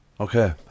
Okay